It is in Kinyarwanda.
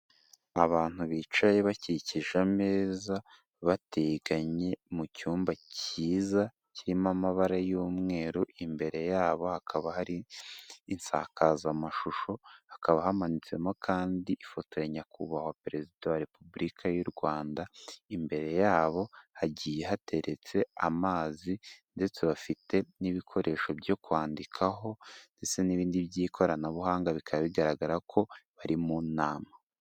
Abantu bicaye bakikije ameza bateganye mu cyumba cyiza, kirimo amabara y'umweru, imbere yabo hakaba hari insakazamashusho, hakaba hamanitsemo kandi ifoto ya nyakubahwa perezida wa Repubulika y'u Rwanda, imbere yabo hagiye hateretse amazi ndetse bafite n'ibikoresho byo kwandikaho, ndetse n'ibindi by'ikoranabuhanga bikaba bigaragara ko bari mu nama.